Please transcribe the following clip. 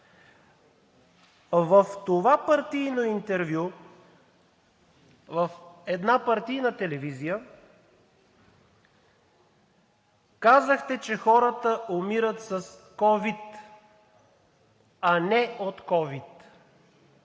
В това партийно интервю в една партийна телевизия казахте, че хората умират с ковид, а не от ковид.